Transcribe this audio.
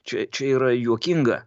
čia čia yra juokinga